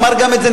גם אמר את זה,